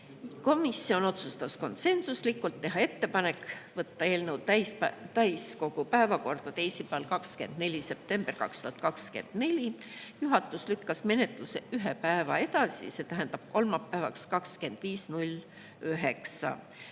Komisjon otsustas konsensuslikult teha ettepaneku võtta eelnõu täiskogu päevakorda teisipäeval, 24. septembril 2024. Juhatus lükkas menetluse ühe päeva edasi, see tähendab kolmapäevaks, 25.